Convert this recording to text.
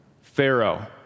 Pharaoh